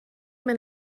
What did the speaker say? mae